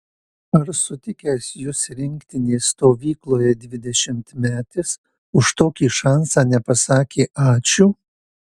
ar sutikęs jus rinktinės stovykloje dvidešimtmetis už tokį šansą nepasakė ačiū